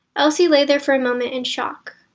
elsie lay there for a moment in shock.